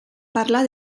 parlar